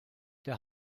der